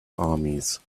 armies